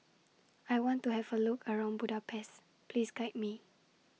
I want to Have A Look around Budapest Please Guide Me